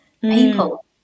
people